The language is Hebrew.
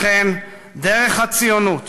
לכן, דרך הציונות,